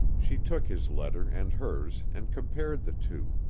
she took his letter and hers and compared the two,